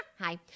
Hi